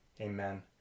Amen